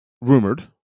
rumored